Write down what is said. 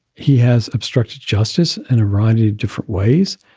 he has obstructed justice in iran in different ways.